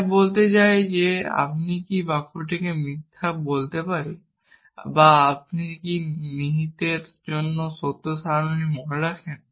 এটা বলতে চাই যে আমরা কি সেই বাক্যটিকে মিথ্যা করতে পারি বা আপনি যদি নিহিতের জন্য সত্য সারণী মনে রাখেন